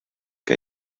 que